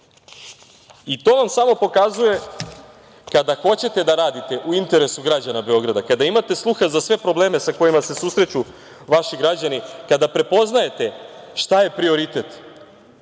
vam samo pokazuje kada hoćete da radite u interesu građana Beograda, kada imate sluha za sve probleme sa kojima se susreću vaši građani, kada prepoznajete šta je prioritet,